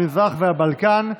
המזרח והבלקן,